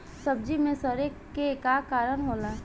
सब्जी में सड़े के का कारण होला?